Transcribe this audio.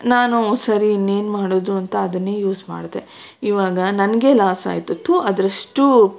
ನಾನು ಸರಿ ಇನ್ನೇನು ಮಾಡೋದು ಅಂತ ಅದನ್ನೇ ಯೂಸ್ ಮಾಡಿದೆ ಇವಾಗ ನನಗೆ ಲಾಸ್ ಆಯಿತು ಥೂ ಅದರಷ್ಟು